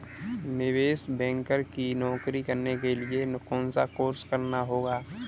निवेश बैंकर की नौकरी करने के लिए कौनसा कोर्स करना होगा?